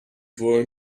for